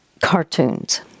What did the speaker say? cartoons